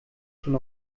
schon